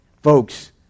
Folks